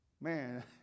Man